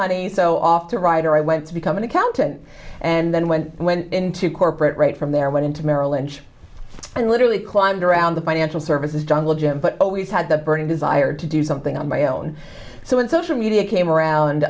honey so off to writer i went to become an accountant and then when i went into corporate right from there went into merrill lynch and literally climbed around the financial services jungle gym but i always had that burning desire to do something on my own so when social media came around